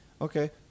Okay